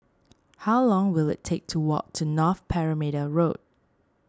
how long will it take to walk to North Perimeter Road